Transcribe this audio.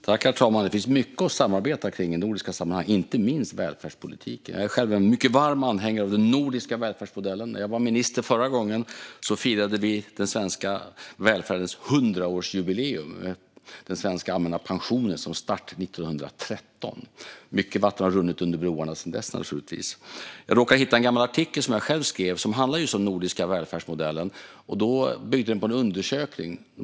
Herr talman! Det finns mycket att samarbeta kring i nordiska sammanhang, inte minst välfärdspolitiken. Jag är själv en mycket varm anhängare av den nordiska välfärdsmodellen. När jag var minister förra gången firade vi 100-årsjubileum för den svenska välfärden, med den svenska allmänna pensionen som start 1913. Mycket vatten har naturligtvis runnit under broarna sedan dess. Jag råkade hitta en gammal artikel som jag själv skrev, som handlade just om den nordiska välfärdsmodellen. Den byggde på en undersökning.